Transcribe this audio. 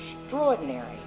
extraordinary